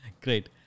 Great